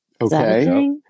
Okay